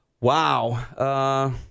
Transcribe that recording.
Wow